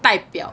代表